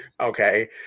Okay